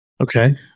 Okay